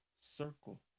circle